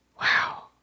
Wow